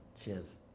Cheers